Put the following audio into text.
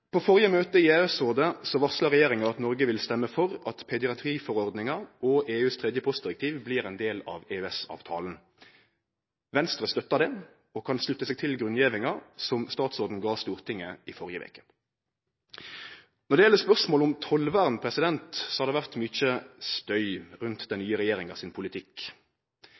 På det førre møtet i EØS-rådet, varsla regjeringa at Noreg ville stemme for at pediatriforordninga og EUs tredje postdirektiv blir ein del av EØS-avtalen. Venstre støttar det og kan slutte seg til grunngjevinga som statsråden gav Stortinget i førre veke. Når det gjeld spørsmålet om tollvern, har det vore mykje støy rundt den nye regjeringa sin politikk.